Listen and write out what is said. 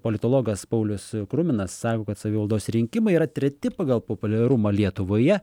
politologas paulius kruminas sako kad savivaldos rinkimai yra treti pagal populiarumą lietuvoje